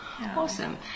Awesome